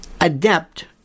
adept